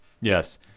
Yes